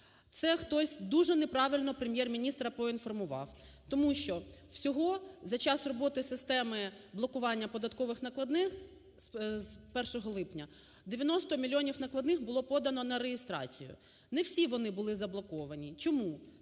Це хтось дуже неправильно Прем'єр-міністра проінформував, тому що всього за час роботи системи блокування податкових накладних, з 1 липня, 90 мільйонів накладних було подано на реєстрацію, не всі вони були заблоковані. Чому?